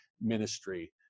ministry